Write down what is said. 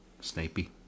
Snapey